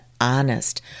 honest